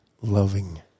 Loving